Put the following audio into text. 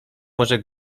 może